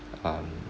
um